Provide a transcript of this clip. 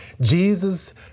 Jesus